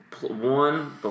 one